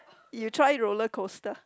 you try roller coaster